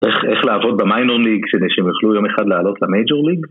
איך, איך לעבוד במיינור ליג כדי שהם יוכלו יום אחד לעלות למייג'ור ליג?